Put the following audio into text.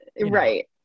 right